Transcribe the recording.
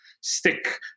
stick